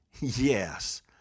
Yes